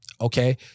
Okay